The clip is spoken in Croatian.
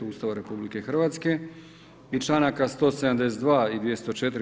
Ustava RH i članaka 172. i 204.